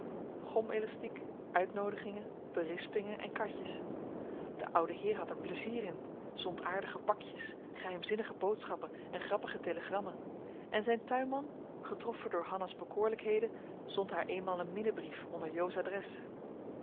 gomelastiek uitnoodigingen berispingen en katjes de oude heer had er plezier in zond aardige pakjes geheimzinnige boodschappen en grappige telegrammen en zijn tuinman getroffen door hanna's bekoorlijkheden zond haar eenmaal een minnebrief onder jo's adres